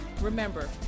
remember